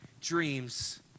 dreams